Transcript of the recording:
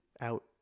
out